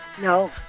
No